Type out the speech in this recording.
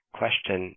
question